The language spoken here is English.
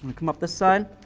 come up this side?